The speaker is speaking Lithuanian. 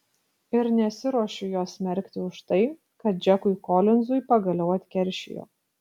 ir nesiruošiu jos smerkti už tai kad džekui kolinzui pagaliau atkeršijo